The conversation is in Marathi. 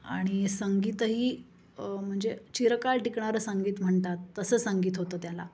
आणि संगीतही म्हणजे चिरकाळ टिकणारं संगीत म्हणतात तसं संगीत होतं त्याला